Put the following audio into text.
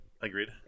Agreed